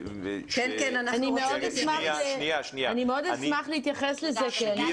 אני מאוד אשמח להתייחס לזה --- גילה,